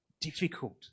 difficult